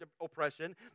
oppression